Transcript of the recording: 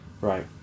Right